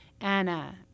Anna